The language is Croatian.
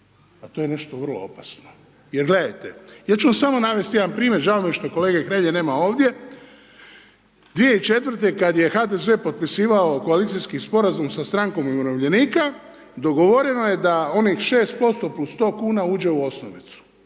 a to je nešto vrlo opasno jer gledajte, ja ću vam samo navesti jedan primjer, žao mi je što kolege Hrelje nema ovdje, 2004. kad je HDZ potpisivao koalicijski sporazum sa Strankom umirovljenika, dogovoreno je da onih 6% plus 100 kuna uđe u osnovicu.